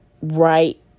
right